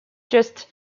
just